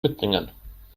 mitbringen